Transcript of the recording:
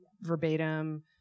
verbatim